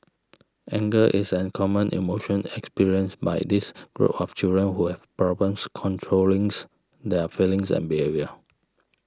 anger is a common emotion experienced by this group of children who have problems controlling their feelings and behaviour